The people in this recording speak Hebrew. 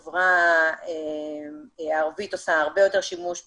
החברה הערבית עושה הרבה יותר שימוש בסלולרי,